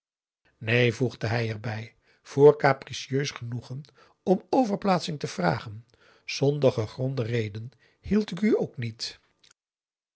neen voegde hij er bij voor capricieus genoeg om overplaatsing te vragen zonder gegronde reden hield ik u ook niet